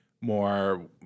more